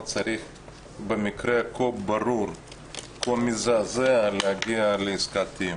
צריך במקרה כה ברור וכה מזעזע להגיע לעסקת טיעון.